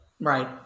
Right